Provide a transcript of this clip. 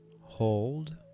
hold